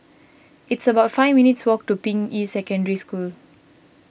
it's about five minutes' walk to Ping Yi Secondary School